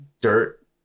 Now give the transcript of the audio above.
dirt